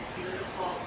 beautiful